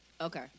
Okay